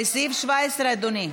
אדוני,